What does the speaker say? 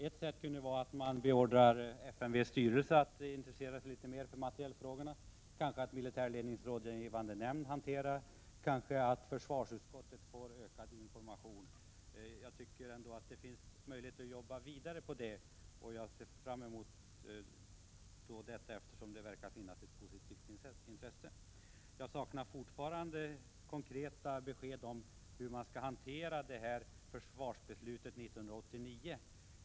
Ett sätt vore att beordra FMV:s styrelse att intressera sig litet mer för materielfrågorna. Kanske borde militärledningens rådgivande nämnd hantera saken, kanske borde försvarsutskottet få mer information. Jag tycker emellertid att det finns möjligheter att arbeta vidare på detta område. Jag ser fram mot detta, eftersom det ändå verkar finnas ett positivt intresse. Fortfarande saknar jag konkreta besked om hur man skall hantera försvarsbeslutet 1989.